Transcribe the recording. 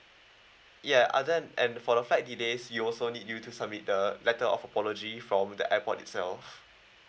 ya and then and for the flight delays we also need you to submit the letter of apology from the airport itself